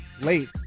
late